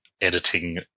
editing